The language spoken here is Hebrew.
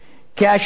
כאשר